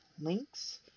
links